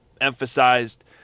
emphasized